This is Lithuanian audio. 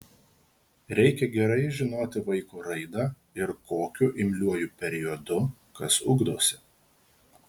reikia gerai žinoti vaiko raidą ir kokiu imliuoju periodu kas ugdosi